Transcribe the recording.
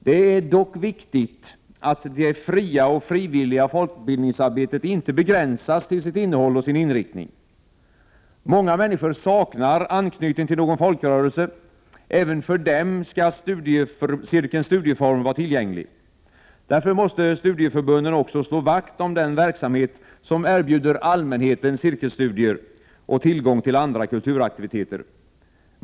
Det är dock viktigt att det fria och frivilliga folkbildningsarbetet inte begränsas till innehåll och inriktning. Många människor har inte anknytning till någon folkrörelse. Men även för dessa människor skall studiecirkelns studieform vara tillgänglig. Därför måste studieförbunden också slå vakt om den verksamhet som erbjuder allmänheten cirkelstudier och tillgång till andra kulturaktiviteter.